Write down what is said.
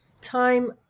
time